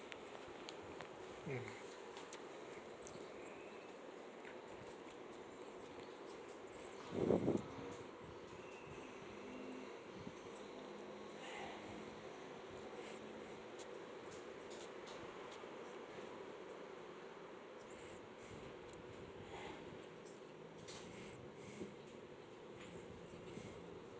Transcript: mm